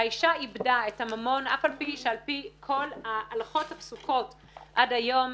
האישה איבדה את הממון אף על פי שעל פי כל ההלכות הפסוקות עד היום